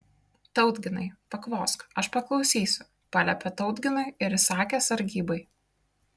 tautginai pakvosk aš paklausysiu paliepė tautginui ir įsakė sargybai